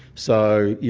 so, yeah